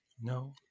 No